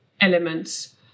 elements